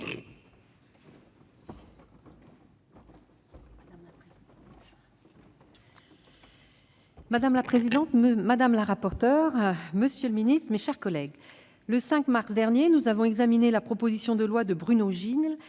Madame la présidente, monsieur le ministre, mes chers collègues, le 5 mars dernier, nous avons examiné la proposition de loi de Bruno Gilles